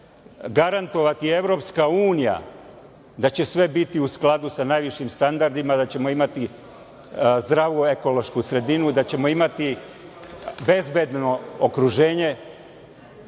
garantovati EU, da će sve biti u skladu sa najvišim standardima, da ćemo imati zdravu ekološku sredinu, da ćemo imati bezbedno okruženje,